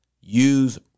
use